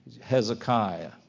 Hezekiah